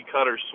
cutter